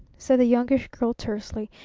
said the youngish girl tersely.